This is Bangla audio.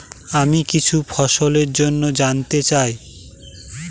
আমি কিছু ফসল জন্য জানতে চাই